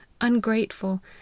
ungrateful